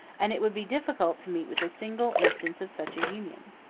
and it would be difficult to meet with a single instance of such a union.